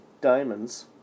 diamonds